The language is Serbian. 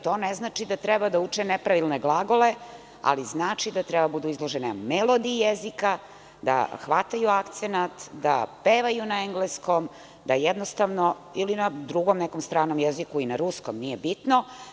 To ne znači da treba da uče nepravilne glagole, ali znači da treba da budu izložena melodiji jezika, da hvataju akcenat, da pevaju na engleskom ili na nekom drugom stranom jeziku, na ruskom, nije bitno.